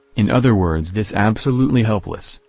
in other words this absolutely helpless,